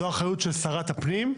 זו אחריות של שרת הפנים,